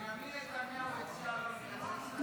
על בנימין נתניהו אפשר --- ודאי.